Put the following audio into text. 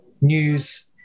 news